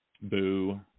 Boo